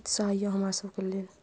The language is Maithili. उत्साह यऽ हमरा सबके लेल